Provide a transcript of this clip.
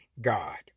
God